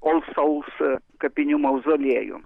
all souls kapinių mauzoliejų